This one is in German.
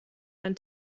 ein